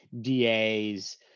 DA's